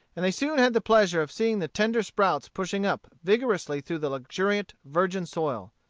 and they soon had the pleasure of seeing the tender sprouts pushing up vigorously through the luxuriant virgin soil.